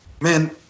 man